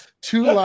two